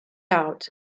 out